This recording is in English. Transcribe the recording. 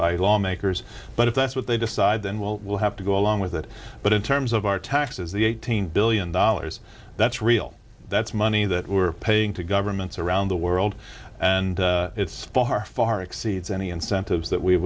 by law makers but if that's what they decide then well we'll have to go along with it but in terms of our taxes the eighteen billion dollars that's real that's money that we're paying to governments around the world and it's far far exceeds any incentives that we